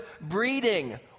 breeding